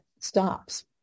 stops